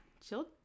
Chill